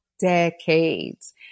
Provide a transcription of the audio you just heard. decades